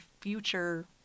future